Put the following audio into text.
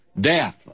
death